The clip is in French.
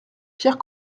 pierre